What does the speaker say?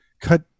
cut